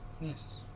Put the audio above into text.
Yes